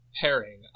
pairing